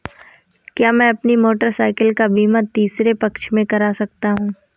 क्या मैं अपनी मोटरसाइकिल का बीमा तीसरे पक्ष से करा सकता हूँ?